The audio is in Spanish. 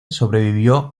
sobrevivió